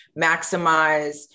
maximize